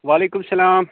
وعلیکُم سلام